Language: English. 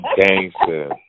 Gangster